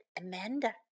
Amanda